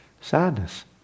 sadness